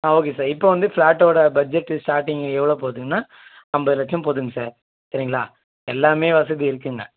ஆ okay sir இப்போ வந்து ஃப்ளாட்டோடய பட்ஜெட்டு ஸ்டார்டிங் எவ்வளோ போதுங்கன்னா ஐம்பது லட்சம் போதுங்க சார் சரிங்களா எல்லாமே வசதி இருக்குங்க